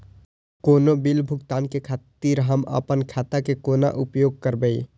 कोनो बील भुगतान के खातिर हम आपन खाता के कोना उपयोग करबै?